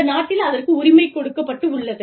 அந்த நாட்டில் அதற்கு உரிமைக் கொடுக்கப்பட்டுள்ளது